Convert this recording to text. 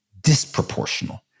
disproportional